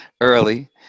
early